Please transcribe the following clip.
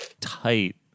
tight